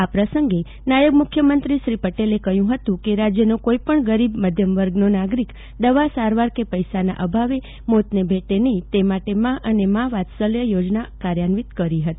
આ પ્રસંગે નાયબ મુખ્યમંત્રી શ્રી પટેલે કહ્યું કે રાજ્યનો કોઇપજ્ઞ ગરીબ મધ્યમ વર્ગનો નાગરિક દવા સારવાર કે પૈસાના અભાવે મોતને ભેટે નહી તે માટે મા અને મા વાત્સલ્ય યોજના કાર્યાન્વિત કરી હતી